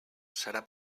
serà